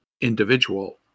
individual